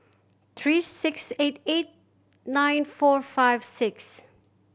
three six eight eight nine four five six